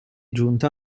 giunta